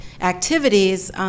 activities